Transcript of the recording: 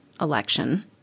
election